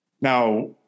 Now